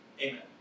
Amen